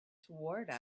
towards